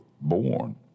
born